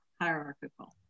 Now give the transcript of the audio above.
hierarchical